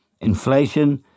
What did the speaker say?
inflation